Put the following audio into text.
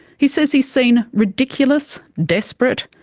he says he's seen ridiculous desperate,